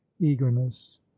eagerness